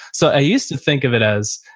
so i used to think of it as,